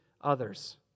others